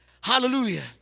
Hallelujah